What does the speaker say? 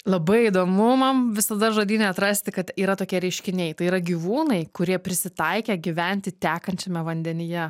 labai įdomu man visada žodyne atrasti kad yra tokie reiškiniai tai yra gyvūnai kurie prisitaikę gyventi tekančiame vandenyje